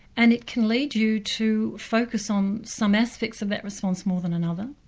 and it can lead you to focus on some aspects of that response more than another,